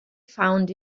found